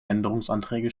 änderungsanträge